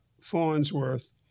Farnsworth